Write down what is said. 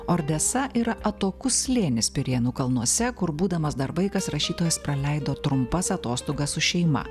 ordesa yra atokus slėnis pirėnų kalnuose kur būdamas dar vaikas rašytojas praleido trumpas atostogas su šeima